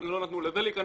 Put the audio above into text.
לא נתנו לזה להיכנס,